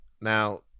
now